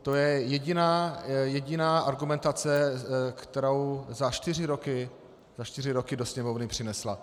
To je jediná argumentace, kterou za čtyři roky do Sněmovny přinesla.